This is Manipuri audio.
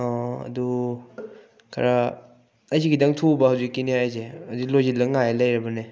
ꯑꯗꯨ ꯈꯔ ꯑꯩꯁꯨ ꯈꯤꯇꯪ ꯊꯧꯕ ꯍꯧꯖꯤꯛꯀꯤꯅꯤ ꯍꯥꯏꯁꯦ ꯍꯧꯖꯤꯛ ꯂꯣꯏꯁꯤꯜꯂ ꯉꯥꯏ ꯂꯩꯔꯕꯅꯦ